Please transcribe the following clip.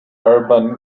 urban